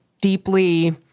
deeply